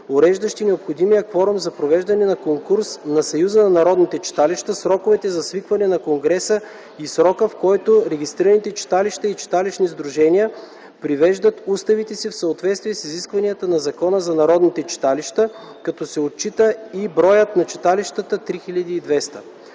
уреждащи необходимия кворум за провеждане на конкурс на Съюза на народните читалища, сроковете за свикване на конгреса и срока, в който регистрираните читалища и читалищни сдружения привеждат уставите си в съответствие с изискванията на Закона за народните читалища, като се отчита и броят на читалищата – 3200.